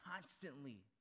constantly